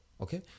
okay